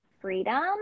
freedom